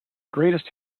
greatest